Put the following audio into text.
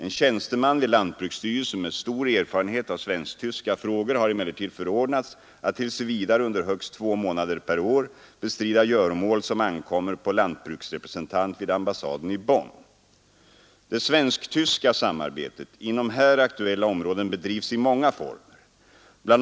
En tjänsteman vid lantbruksstyrelsen med stor erfarenhet av svensk-tyska frågor har emellertid förordnats att tills vidare under högst två månader per år bestrida göromål som ankommer på lantbruksrepresentant vid ambassaden i Bonn. Det svensk-tyska samarbetet inom här aktuella områden bedrivs i många former. Bl.